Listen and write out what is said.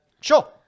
Sure